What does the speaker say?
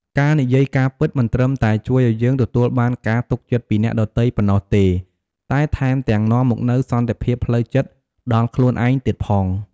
ការនិយាយការពិត មិនត្រឹមតែជួយឲ្យយើងទទួលបានការទុកចិត្តពីអ្នកដទៃប៉ុណ្ណោះទេ តែថែមទាំងនាំមកនូវសន្តិភាពផ្លូវចិត្តដល់ខ្លួនឯងទៀតផង។